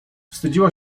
wstydziła